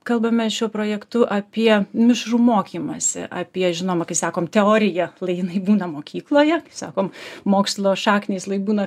kalbame šiuo projektu apie mišrų mokymąsi apie žinoma kai sakom teorija lai jinai būna mokykloje sakom mokslo šaknys lai būna